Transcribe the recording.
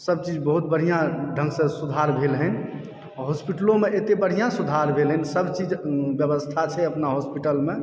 सब चीज बहुत बढ़िया ढङ्गसऽ सुधार भेलै हन आ हॉस्पिटलोमे एते बढ़िया सुधार भेलै हन सब चीजक व्यवस्था छै अपना हॉस्पिटल मे